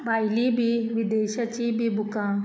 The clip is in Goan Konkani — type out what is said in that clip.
भायलीं बीं विदेशाचीं बी बुकां